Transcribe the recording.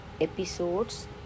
Episodes